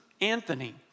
Anthony